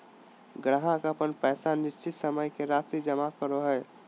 ग्राहक अपन पैसा निश्चित समय के राशि जमा करो हइ